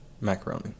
macaroni